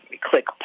click